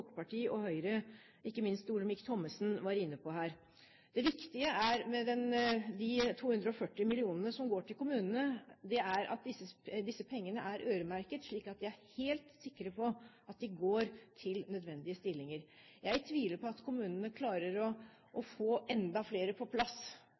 og Høyre, ikke minst Olemic Thommessen, var inne på her. Det viktige med de 240 mill. kr som går til kommunene, er at disse pengene er øremerket, slik at vi er helt sikre på at de går til nødvendige stillinger. Jeg tviler på at kommunene klarer å